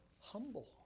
humble